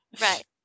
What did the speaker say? Right